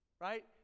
right